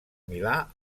milà